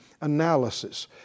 analysis